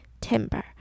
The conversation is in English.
timber